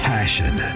Passion